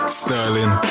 sterling